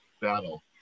battle